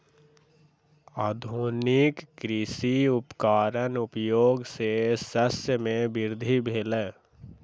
आधुनिक कृषि उपकरणक उपयोग सॅ शस्य मे वृद्धि भेल